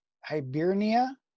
Hibernia